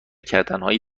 کردنهای